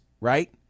right